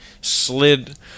slid